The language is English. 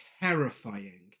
terrifying